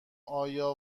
آیا